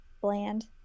bland